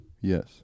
yes